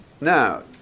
Now